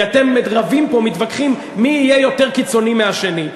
כי אתם רבים פה ומתווכחים מי יהיה יותר קיצוני מהשני,